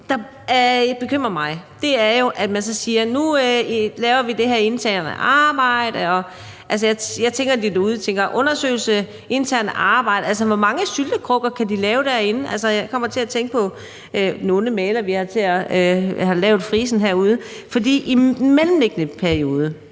der bekymrer mig, er jo, at man så siger, at nu laver vi det her interne arbejde. Altså, jeg tænker, at de derude tænker: Undersøgelse, internt arbejde, hvor mange syltekrukker kan de lave derinde? Jeg kommer til at tænke på maleren, som har lavet frisen herude, for i den mellemliggende periode,